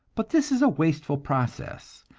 but this is a wasteful process,